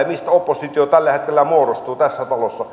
mistä oppositio tällä hetkellä muodostuu tässä talossa